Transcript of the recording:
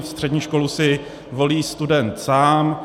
Střední školu si volí student sám.